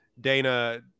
Dana